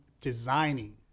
designing